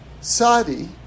Sadi